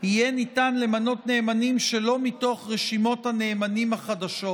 יהיה ניתן למנות נאמנים שלא מתוך רשימות הנאמנים החדשות,